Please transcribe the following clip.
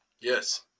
Yes